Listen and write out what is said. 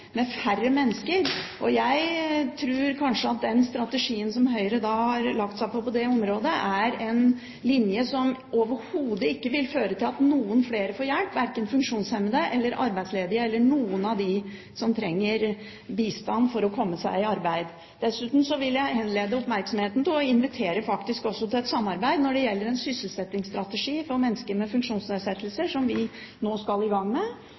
med færre mennesker. Jeg tror kanskje at den strategien som Høyre har lagt seg på på det området, er en linje som overhodet ikke vil føre til at noen flere får hjelp, verken funksjonshemmede eller arbeidsledige eller noen av dem som trenger bistand for å komme seg i arbeid. Dessuten vil jeg henlede oppmerksomheten på og faktisk også invitere til et samarbeid om en sysselsettingsstrategi for mennesker med funksjonsnedsettelser, som vi nå skal i gang med.